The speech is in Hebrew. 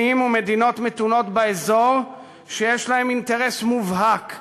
ומדינות מתונות באזור שיש להם אינטרס מובהק כשלנו,